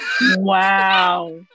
wow